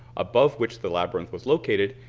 above which the labyrinth was located,